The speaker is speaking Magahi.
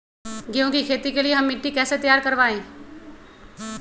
गेंहू की खेती के लिए हम मिट्टी के कैसे तैयार करवाई?